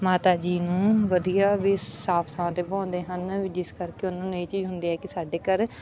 ਮਾਤਾ ਜੀ ਨੂੰ ਵਧੀਆ ਵੀ ਸਾਫ ਥਾਂ 'ਤੇ ਬਠਾਉਂਦੇ ਹਨ ਵੀ ਜਿਸ ਕਰਕੇ ਉਹਨਾਂ ਨੂੰ ਇਹ ਚੀਜ਼ ਹੁੰਦੀ ਹੈ ਕਿ ਸਾਡੇ ਘਰ